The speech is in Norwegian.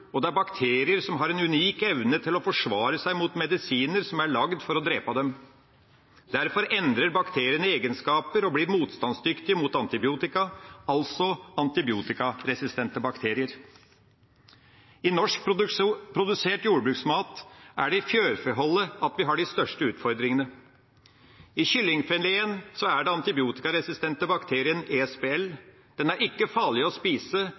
og det er bakterier som har en unik evne til å forsvare seg mot medisiner som er lagd for å drepe dem. Derfor endrer bakteriene egenskaper og blir motstandsdyktige mot antibiotika, altså antibiotikaresistente bakterier. I norskprodusert jordbruksmat er det i fjørfeholdet vi har de største utfordringene. I kyllingfileten er den antibiotikaresistente bakterien ESBL. Den er ikke farlig å spise,